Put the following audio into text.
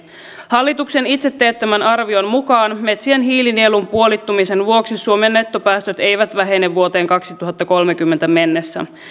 hallituksen itse teettämän arvion mukaan metsien hiilinielun puolittumisen vuoksi suomen nettopäästöt eivät vähene vuoteen kaksituhattakolmekymmentä mennessä